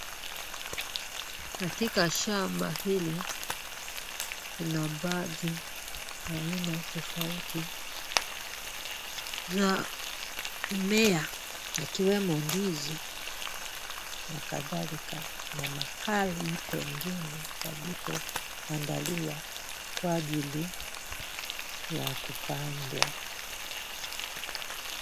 Katika shamba hili kuna baadhi ya aina tofauti za mmea yakiwemo ndizi na kadhalika na mahali pengine palipoandaliwa kwa ajili ya kupandwa.